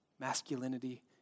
Masculinity